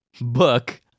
book